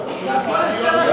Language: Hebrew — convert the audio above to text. אני לא יכול לאפשר לך.